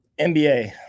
NBA